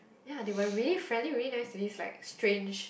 ya they were really friendly really nice to me it's like strange